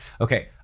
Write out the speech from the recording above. Okay